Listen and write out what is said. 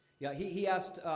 yeah, he he asked,